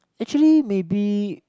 actually maybe